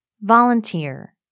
Volunteer